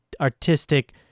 artistic